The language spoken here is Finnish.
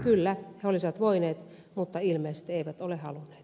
kyllä he olisivat voineet mutta ilmeisesti eivät ole halunneet